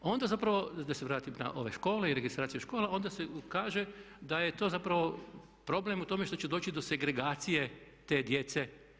Onda zapravo da se vratim na ove škole i registraciju škola, onda se kaže da je to zapravo problem u tome što će doći do segregacije te djece.